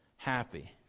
happy